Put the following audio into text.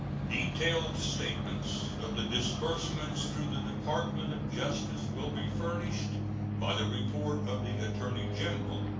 detailed statements of the disbursements through the department of justice will be furnished by the report of the attorney-general,